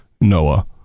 Noah